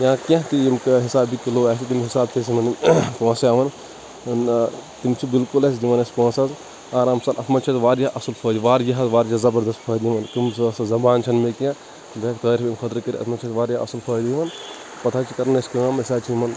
یا کیٚنٛہہ تہِ یِم کیٚنٛہہ حساب یہِ کِلو آسہِ تٔمی حساب چھِ أسۍ یِمن نِش پونٛسہٕ ہیٚوان تہٕ تِم چھِ بِلکُل اسہِ دِوان اسہِ پونٛسہٟ آرام سان اَتھ منٛز چھِ أسۍ واریاہ اَصٕل فٲیِدٕ واریاہ حظ واریاہ زَبردَس فٲیِدٕ یِوان کُنہِ سُہ زبان چھَنہٕ مےٚ کیٚنٛہہ بہٕ ہیٚکہٕ تعریٖف امہِ خٲطرٕ کٔرِتھ اَتھ منٛز چھِ اَسہِ واریاہ اصل فٲیِدٕ یِوان پَتہٕ حظ چھِ کرٕنۍ اَسہِ کٲم أسۍ حظ چھِ یِمن